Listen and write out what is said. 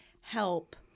help